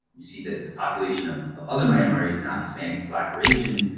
you see that the population of of other minorities not hispanic or black or asian,